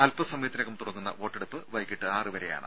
അല്പസമയത്തിനകം തുടങ്ങുന്ന വോട്ടെടുപ്പ് വൈകിട്ട് ആറുവരെയാണ്